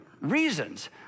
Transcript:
reasons